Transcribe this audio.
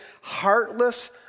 heartless